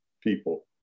people